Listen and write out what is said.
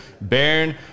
Baron